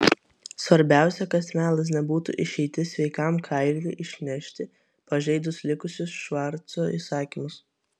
svarbiausia kad melas nebūtų išeitis sveikam kailiui išnešti pažeidus likusius švarco įsakymus